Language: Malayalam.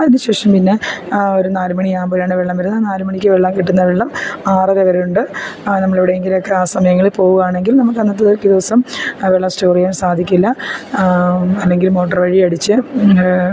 അതിന് ശേഷം പിന്നെ ഒരു നാല് മണിയാകുമ്പോഴാണ് വെള്ളം വരുന്നത് നാല് മണിക്ക് വെള്ളം കിട്ടുന്ന വെള്ളം ആറര വരെയുണ്ട് ആ നമ്മളെവിടെങ്കിലുമൊക്കെ ആ സമയങ്ങളിൽ പോകുവാണെങ്കിൽ നമുക്കന്നത്തേക്ക് ദിവസം ആ വെള്ളം സ്റ്റോറ് ചെയ്യാ സാധിക്കില്ല അല്ലങ്കില് മോട്ടറ് വഴി അടിച്ച്